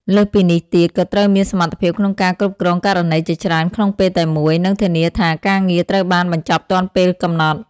លើសពីនេះទៀត ក៏ត្រូវមានសមត្ថភាពក្នុងការគ្រប់គ្រងករណីជាច្រើនក្នុងពេលតែមួយ និងធានាថាការងារត្រូវបានបញ្ចប់ទាន់ពេលកំណត់។